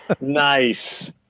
Nice